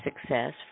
success